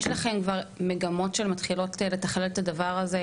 יש לכם כבר מגמות שמתחילות לתכלל את הדבר הזה?